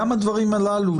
גם הדברים הללו,